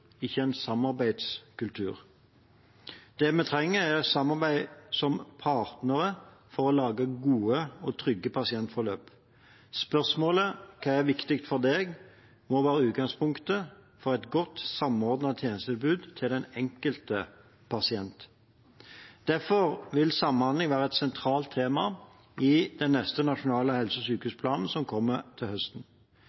ikke en samarbeidskultur. Det vi trenger, er samarbeid som partnere for å lage gode og trygge pasientforløp. Spørsmålet «Hva er viktig for deg?» må være utgangspunktet for et godt, samordnet tjenestetilbud til den enkelte pasient. Derfor vil samhandling være et sentralt tema i den neste nasjonale helse- og